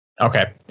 Okay